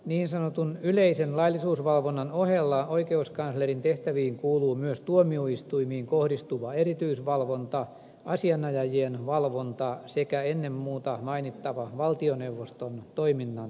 niin sanotun yleisen laillisuusvalvonnan ohella oikeuskanslerin tehtäviin kuuluvat myös tuomioistuimiin kohdistuva erityisvalvonta asianajajien valvonta sekä ennen muuta mainittava valtioneuvoston toiminnan valvonta